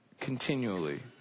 continually